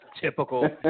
typical